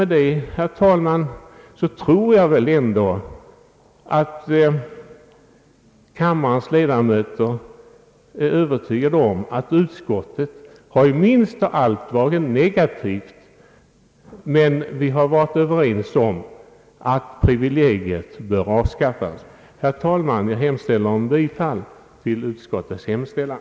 Mot bakgrunden av detta, herr talman, torde kammarens ledamöter vara övertygade om att utskottet minst av allt varit negativt. Men inom utskottet har vi varit överens om att privilegiet bör avskaffas. Herr talman! Jag ber att få yrka bifall till utskottets hemställan.